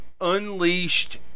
unleashed